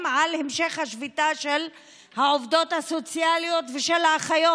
על המשך השביתה של העובדות הסוציאליות ושל האחיות,